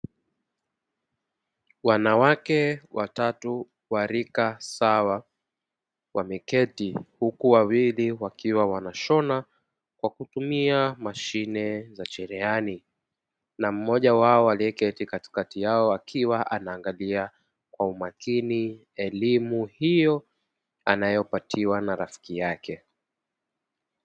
Wanawake wa tatu wa rika sawa wameketi huku wawili wakiwa wanashona kwa kutumia mashine za cherehani na mmoja wao aliyeketi katikati yao akiwa anaangalia kwa umakini elimu hiyo anayopatiwa na rafiki yake.